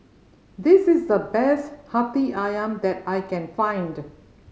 this is the best Hati Ayam that I can find